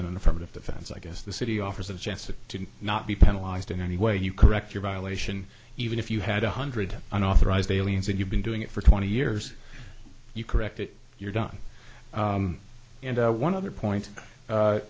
than an affirmative defense i guess the city offers of chances to not be penalized in any way you correct your violation even if you had one hundred unauthorized aliens and you've been doing it for twenty years you correct it you're done and one other point